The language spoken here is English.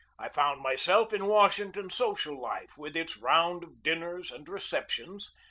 i found myself in washington social life, with its round of dinners and receptions,